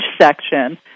section